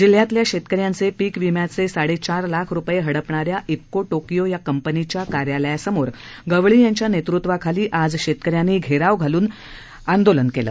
जिल्ह्यातल्या शेतकऱ्यांचे पिकविम्याचे साडेचार लाख रुपये हडपणाऱ्या ईफको टोकियो या कंपनीच्या कार्यालयासमोर गवळी यांच्या नेतृत्वाखाली आज शेतकऱ्यांनी घेराव घालून जवाब दो आंदोलन केलं